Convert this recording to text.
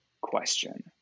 question